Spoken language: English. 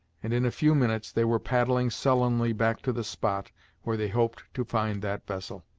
and in a few minutes they were paddling sullenly back to the spot where they hoped to find that vessel.